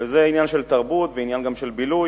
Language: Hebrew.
וזה עניין של תרבות וגם עניין של בילוי.